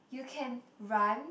you can run